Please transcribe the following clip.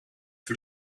for